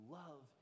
love